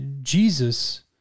Jesus